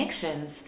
connections